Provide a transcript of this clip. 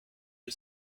the